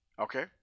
Okay